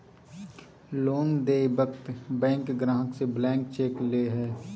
loan देय वक्त bank ग्राहक से ब्लैंक चेक ले हइ